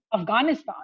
Afghanistan